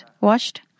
washed